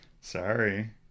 Sorry